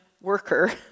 worker